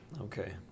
Okay